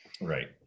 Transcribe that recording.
Right